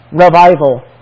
revival